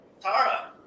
Tara